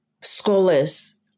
scholars